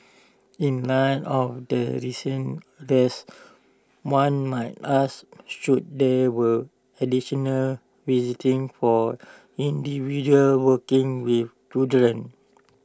in light of the recent arrest one might ask should there will additional visiting for individuals working with children